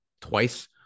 twice